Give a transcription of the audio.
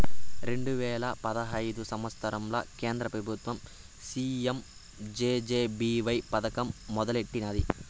రెండు వేల పదహైదు సంవత్సరంల కేంద్ర పెబుత్వం పీ.యం జె.జె.బీ.వై పదకం మొదలెట్టినాది